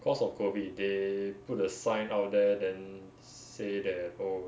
cause of COVID they put a sign out there then say that oh